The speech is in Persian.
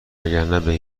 وگرنه